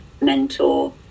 mentor